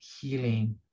healing